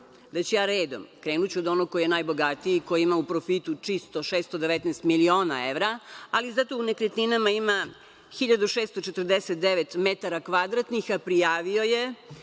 ću ja redom, krenuću od onog koji je najbogatiji, koji ima u profitu čisto 619 milina evra, ali zato u nekretninama ima 1.649 metara kvadratnih, a prijavio je